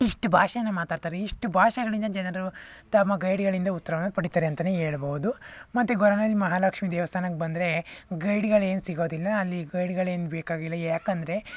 ಇಷ್ಟು ಭಾಷೇನ ಮಾತಾಡ್ತಾರೆ ಇಷ್ಟು ಭಾಷೆಗಳಿಂದ ಜನರು ತಮ್ಮ ಗೈಡ್ಗಳಿಂದ ಉತ್ತರವನ್ನ ಪಡಿತಾರೆ ಅಂತನೇ ಹೇಳ್ಬೋದು ಮತ್ತು ಗೊರವನಹಳ್ಳಿ ಮಹಾಲಕ್ಷ್ಮೀ ದೇವಸ್ಥಾನಕ್ಕೆ ಬಂದರೆ ಗೈಡ್ಗಳೇನು ಸಿಗೋದಿಲ್ಲ ಅಲ್ಲಿ ಗೈಡ್ಗಳೇನು ಬೇಕಾಗಿಲ್ಲ ಯಾಕಂದರೆ